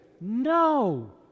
No